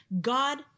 God